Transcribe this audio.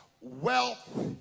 wealth